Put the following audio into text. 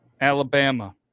Alabama